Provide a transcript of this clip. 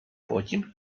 потім